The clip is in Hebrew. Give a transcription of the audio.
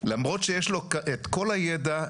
למרות שיש לו את כל הידע,